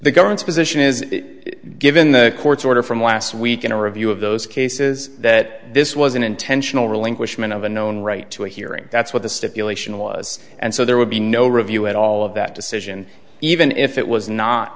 the government's position is given the court's order from last week in a review of those cases that this was an intentional relinquishment of a known right to a hearing that's what the stipulation was and so there would be no review at all of that decision even if it was not